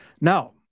Now